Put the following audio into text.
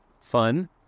fun